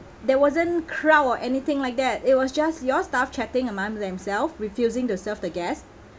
there wasn't crowd or anything like that it was just your staff chatting among themselves refusing to serve the guest